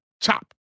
Chop